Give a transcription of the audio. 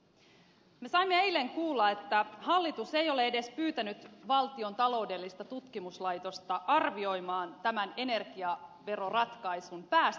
me saimme eilen kuulla että hallitus ei ole edes pyytänyt valtion taloudellista tutkimuskeskusta arvioimaan tämän energiaveroratkaisun päästövaikutuksia